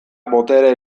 botere